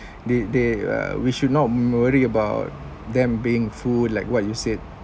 they they uh we should not worry about them being fooled like what you said